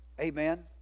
amen